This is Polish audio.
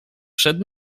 przed